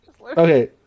Okay